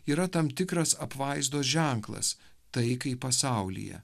yra tam tikras apvaizdos ženklas taikai pasaulyje